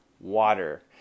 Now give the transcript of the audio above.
water